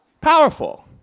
powerful